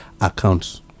accounts